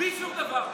בלי שום דבר?